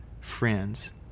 friends